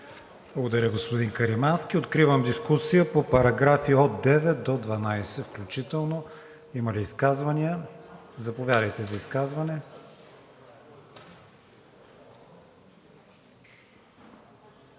Благодаря, господин Каримански. Откривам дискусия по параграфи 9 – 12 включително. Има ли изказвания? Заповядайте.